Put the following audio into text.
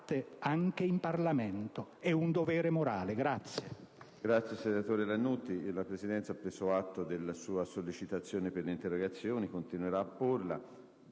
anche in Parlamento: è un dovere morale.